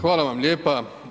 Hvala vam lijepa.